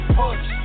push